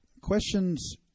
questions